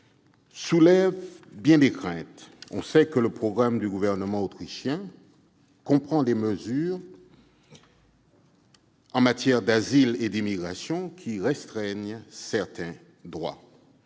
soulève bien des craintes. On sait que le programme du Gouvernement autrichien comprend des mesures, en matière d'asile et d'immigration, qui restreignent certains droits.